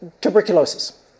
tuberculosis